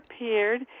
appeared